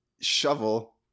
shovel